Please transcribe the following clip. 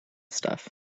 stuff